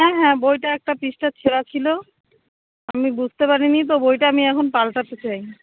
হ্যাঁ হ্যাঁ বইটা একটা পৃষ্ঠা ছেঁড়া ছিলো আমি বুঝতে পারি নি তো বইটা আমি এখন পালটাতে চাই